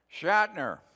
Shatner